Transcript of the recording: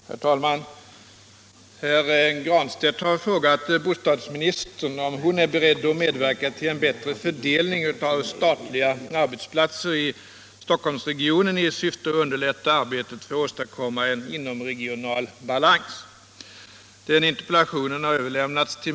Herr talman! Herr Granstedt har frågat bostadsministern om hon är beredd att medverka till en bättre fördelning av statliga arbetsplatser i Stockholmsregionen i syfte att underlätta arbetet för att åstadkomma jag skall besvara den.